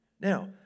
Now